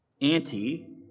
Anti